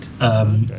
Right